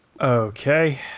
Okay